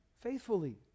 faithfully